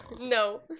no